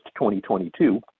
2022